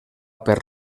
per